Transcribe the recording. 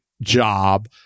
job